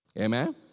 Amen